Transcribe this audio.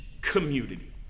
community